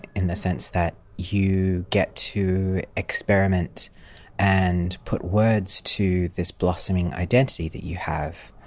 in the sense that you get to experiment and put words to this blossoming identity that you have.